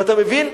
ואתה מבין,